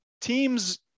Teams